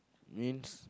means